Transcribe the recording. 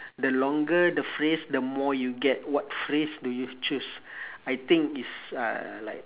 the longer the phrase the more you get what phrase do you choose I think it's uh like